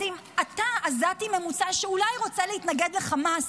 אז אם אתה עזתי ממוצע, שאולי רוצה להתנגד לחמאס,